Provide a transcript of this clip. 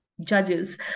judges